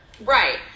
Right